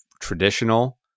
traditional